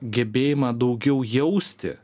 gebėjimą daugiau jausti